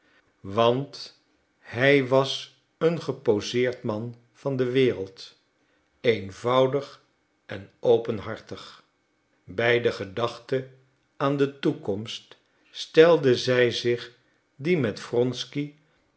want hij was een geposeerd man van de wereld eenvoudig en openhartig bij de gedachte aan de toekomst stelde zij zich die met wronsky